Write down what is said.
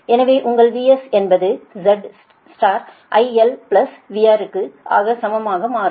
எனவே உங்கள் VS என்பது Z IL VR க்கு ஆக சமமாக மாறும்